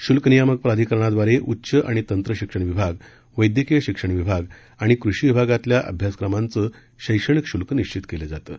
शुल्क नियामक प्राधिकरणाद्वारे उच्च आणि तंत्रशिक्षण विभाग वैद्यकीय शिक्षण विभाग आणि कृषी विभागातल्या अभ्यासक्रमांचं शैक्षणिक शुल्क निश्वित केलं जातं